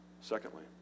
Secondly